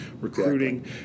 recruiting